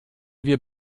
wir